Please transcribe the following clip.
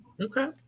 Okay